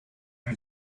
and